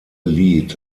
lied